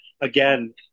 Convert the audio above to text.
again